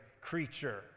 creature